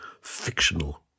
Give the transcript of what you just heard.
fictional